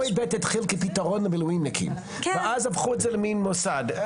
מועד ב' התחיל כפתרון למילואימניקים ואז הפכו את זה למין מוסד.